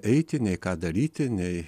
eiti nei ką daryti nei